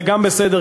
גם זה בסדר,